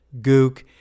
Gook